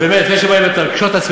היא באה בטענות לגבי הוות"ת,